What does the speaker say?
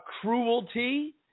cruelty